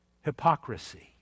hypocrisy